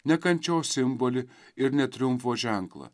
ne kančios simbolį ir ne triumfo ženklą